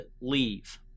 leave